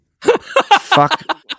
Fuck